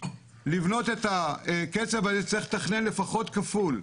לבנות את הקצב הזה צריך לתכנן לפחות כפול,